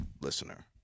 listener